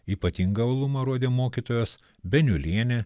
ypatingą uolumą rodė mokytojos beniulienė